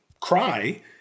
cry